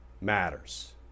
matters